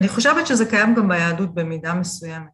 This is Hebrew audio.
‫אני חושבת שזה קיים גם ביהדות ‫במידה מסוימת.